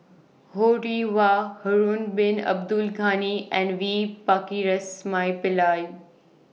Ho Rih Hwa Harun Bin Abdul Ghani and V Pakirisamy Pillai